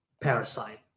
Parasite